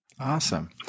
Awesome